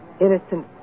innocent